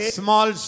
small